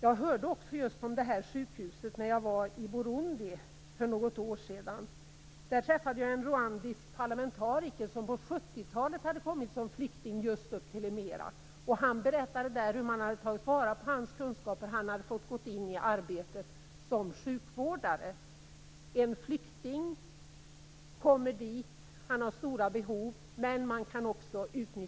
Jag hörde också om just det här sjukhuset när jag var i Burundi för några år sedan. Där träffade jag en rwandisk parlamentariker som på 70-talet hade kommit som flykting just till Lemera. Han berättade hur man där hade tagit till vara hans kunskaper och att han hade fått gå in i arbetet som sjukvårdare.